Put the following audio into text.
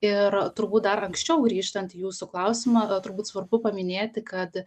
ir turbūt dar anksčiau grįžtant į jūsų klausimą turbūt svarbu paminėti kad